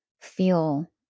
feel